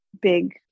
big